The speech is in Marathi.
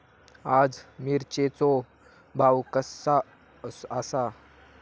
आज मिरचेचो भाव कसो आसा?